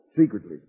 secretly